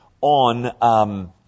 on